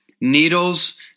needles